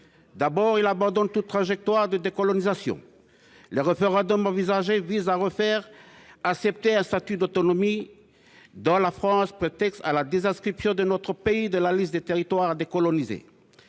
comprend l’abandon de toute trajectoire de décolonisation. En effet, les référendums envisagés visent à faire accepter un statut d’autonomie au sein de la France, prétexte à la désinscription de notre pays de la liste des territoires à décoloniser.